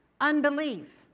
Unbelief